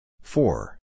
Four